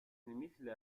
مثل